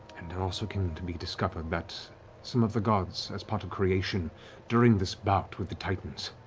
and it also came to be discovered that some of the gods, as part of creation during this bout with the titans,